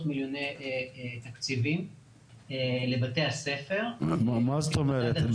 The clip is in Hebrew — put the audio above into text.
מיליוני תקציבים לבתי הספר --- מה זאת אומרת?